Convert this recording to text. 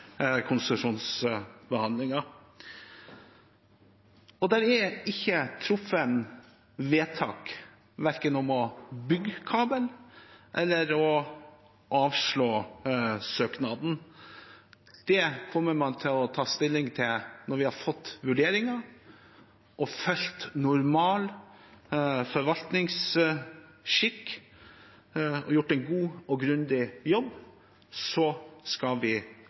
er ikke truffet vedtak om verken å bygge kabelen eller om å avslå søknaden. Det kommer man til å ta stilling til når vi har fått vurderingen, fulgt normal forvaltningsskikk og gjort en god og grundig jobb – da skal vi